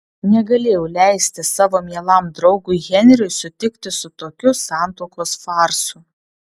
negalėjau leisti savo mielam draugui henriui sutikti su tokiu santuokos farsu